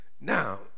Now